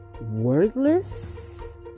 wordless